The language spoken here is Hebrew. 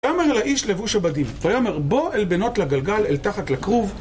ויאמר לאיש לבוש הבדים, ויאמר בוא אל בינות לגלגל, אל תחת לכרוב